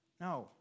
No